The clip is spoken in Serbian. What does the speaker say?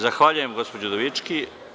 Zahvaljujem, gospođo Udovički.